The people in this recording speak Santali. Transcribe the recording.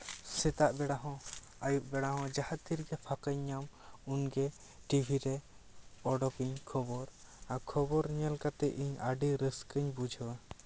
ᱥᱮᱛᱟᱜ ᱵᱮᱲᱟ ᱦᱚᱸ ᱟᱹᱭᱩᱵ ᱵᱮᱲᱟ ᱦᱚᱸ ᱡᱟᱦᱟᱸ ᱛᱤ ᱨᱮᱜᱮ ᱯᱷᱟᱸᱠᱟᱧ ᱧᱟᱢ ᱩᱱᱜᱮ ᱴᱤᱵᱷᱤᱨᱮ ᱩᱰᱩᱠᱟᱹᱧ ᱠᱷᱚᱵᱚᱨ ᱟᱨ ᱠᱷᱚᱵᱚᱨ ᱧᱮᱞ ᱠᱟᱛᱮ ᱤᱧ ᱟᱹᱰᱤ ᱨᱟᱹᱥᱠᱟᱹᱧ ᱵᱩᱡᱷᱟᱹᱣᱟ